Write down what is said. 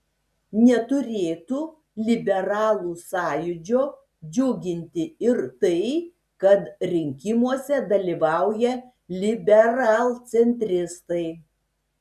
neturėtų liberalų sąjūdžio džiuginti ir tai kad rinkimuose dalyvauja liberalcentristai